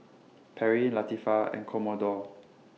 Perri Latifah and Commodore